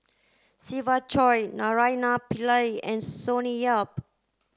Siva Choy Naraina Pillai and Sonny Yap